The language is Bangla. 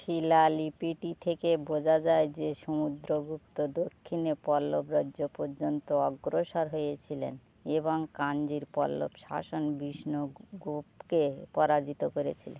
শিলালিপিটি থেকে বোঝা যায় যে সমুদ্রগুপ্ত দক্ষিণে পল্লব রাজ্য পর্যন্ত অগ্রসর হয়েছিলেন এবং কাঞ্চির পল্লব শাসন বিষ্ণুগুপ্তকে পরাজিত করেছিলেন